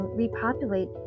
repopulate